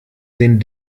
den